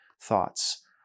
thoughts